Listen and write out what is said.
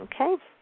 okay